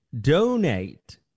donate